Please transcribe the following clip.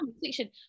fiction